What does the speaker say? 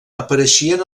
apareixien